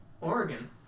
Oregon